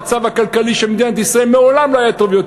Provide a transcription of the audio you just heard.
המצב הכלכלי של מדינת ישראל מעולם לא היה טוב יותר,